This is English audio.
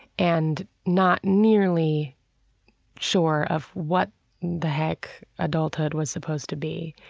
and not nearly sure of what the heck adulthood was supposed to be.